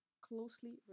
closely